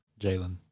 Jalen